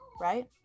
right